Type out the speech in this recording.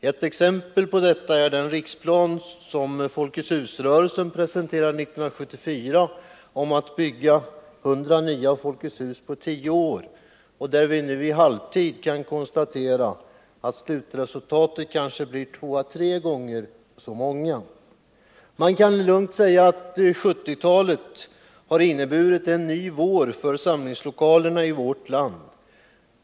Ett exempel på detta är den riksplan som Folkets hus-rörelsen presenterade 1974 om att bygga 100 nya Folkets hus på tio år och där vi nu i halvtid kan konstatera att slutresultatet kanske blir två å tre gånger så många. Man kan lugnt säga att 1970-talet inneburit en ny vår för samlingslokalerna i vårt land.